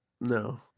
No